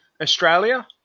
Australia